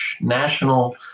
National